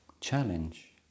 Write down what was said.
challenge